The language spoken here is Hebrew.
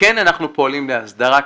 כן אנחנו פועלים להסדרה.